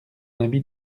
habit